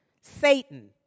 Satan